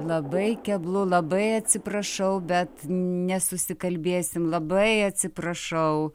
labai keblu labai atsiprašau bet nesusikalbėsim labai atsiprašau